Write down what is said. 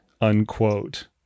unquote